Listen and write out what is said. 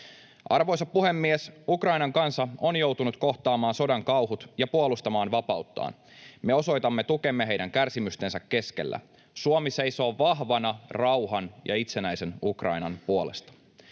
Arvoisa puhemies! Ukrainan kansa on joutunut kohtaamaan sodan kauhut ja puolustamaan vapauttaan. Me osoitamme tukemme heidän kärsimystensä keskellä. Suomi seisoo vahvana rauhan ja itsenäisen Ukrainan puolesta.